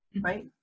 right